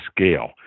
scale